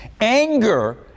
Anger